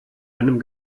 einem